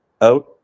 out